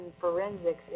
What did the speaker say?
forensics